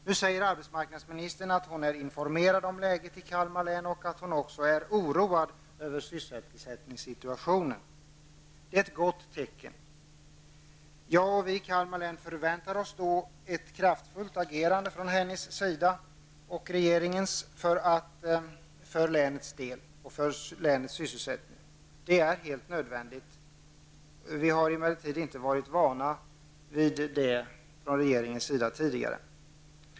Nu säger arbetsmarknadsministern att hon är informerad om läget i Kalmar län och att hon också är oroad över sysselsättningssituationen. Det är ett gott tecken. Jag och vi i Kalmar län förväntar oss då ett kraftfullt agerande från hennes och regeringens sida för länet och för länets sysselsättning. Det är helt nödvändigt. Vi har emellertid inte varit vana vid det tidigare från regeringens sida.